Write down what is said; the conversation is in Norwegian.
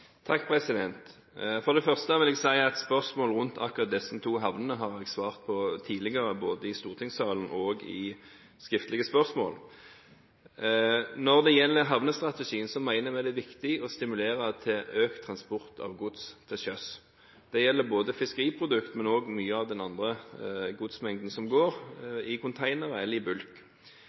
For det første vil jeg si at spørsmål om akkurat disse to havnene har jeg svart på tidligere, både i stortingssalen og i skriftlige spørsmål. Når det gjelder havnestrategien, mener vi det er viktig å stimulere til økt transport av gods til sjøs. Det gjelder både fiskeriprodukt og også mye av den andre godsmengden som går i containere eller i bulk.